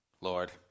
Lord